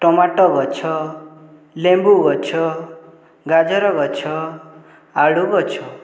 tomato ଗଛ ଲେମ୍ବୁ ଗଛ ଗାଜର ଗଛ ଆଳୁ ଗଛ